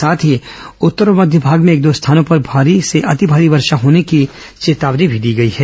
साथ ही उत्तर और मध्य भाग में एक दो स्थानों पर भारी से अति भारी वर्षा होने की चेतावनी दी है